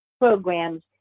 programs